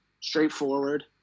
straightforward